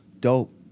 dope